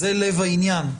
זה לב העניין.